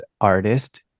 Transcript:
artist